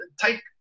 take